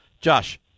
Josh